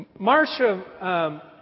Marsha